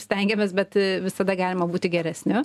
stengiamės bet visada galima būti geresniu